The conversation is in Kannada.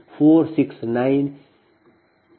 ಆದ್ದರಿಂದ ಮತ್ತು L 2 1